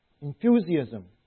enthusiasm